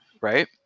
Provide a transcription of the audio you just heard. Right